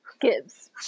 gives